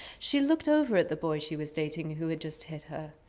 she looked over at the boy she was dating, who had just hit her.